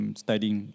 studying